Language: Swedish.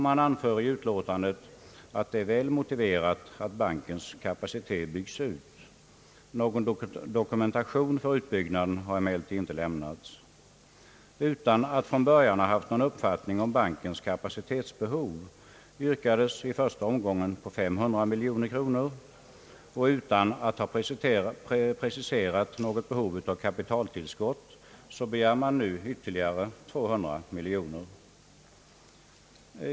Man anför i utlåtandet att det är väl motiverat att bankens kapacitet byggs ut. Någon dokumentation för den uppfattningen har emellertid inte lämnats. Utan att man från början haft någon uppfattning om bankens kapacitetsbehov yrkades i första omgången på 500 miljoner kronor, och utan att ha preciserat något behov av kapitaltillskott begär man nu ytterligare 200 miljoner.